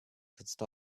stopped